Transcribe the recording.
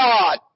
God